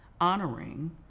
Honoring